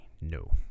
No